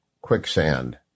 quicksand